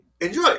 enjoy